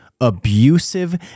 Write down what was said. abusive